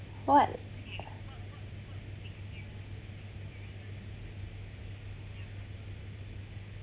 what